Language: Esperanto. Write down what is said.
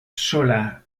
sola